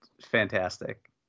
fantastic